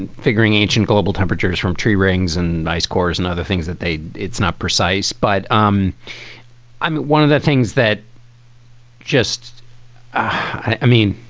and figuring ancient global temperatures from tree rings and ice cores and other things that they it's not precise. but um i'm one of the things that just i mean,